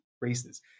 Races